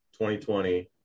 2020